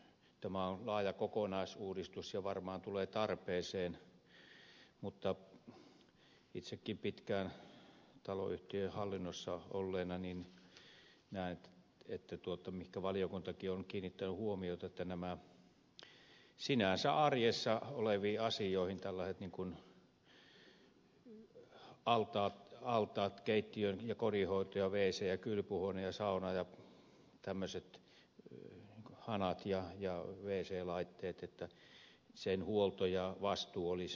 tämä on laaja kokonaisuudistus ja varmaan tulee tarpeeseen mutta itsekin pitkään taloyhtiön hallinnossa olleena näen ne asiat joihin valiokuntakin on kiinnittänyt huomiota nämä sinänsä arjessa olevat asiat altaat keittiön ja kodinhoitohuoneen wcn ja kylpyhuoneen sauna tämmöiset hanat ja wc laitteet että niiden huolto ja vastuu niistä olisi taloyhtiöllä